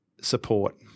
support